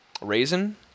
raisin